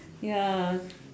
ya